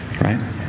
right